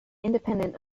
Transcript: independent